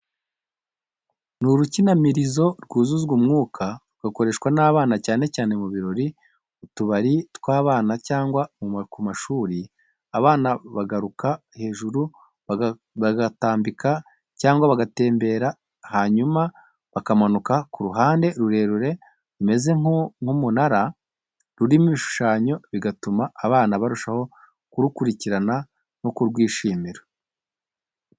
Ni urukinamirizo rwuzuzwa umwuka, rugakoreshwa n’abana cyane cyane mu birori, utubari tw’abana cyangwa ku mashuri. Abana baraguruka hejuru bagatambika cyangwa bagatembera, hanyuma bakamanuka ku ruhande rurerure rumeze nk’umunara rurimo ibishushanyo, bigatuma abana barushaho kurukurikirana no kurwishimira.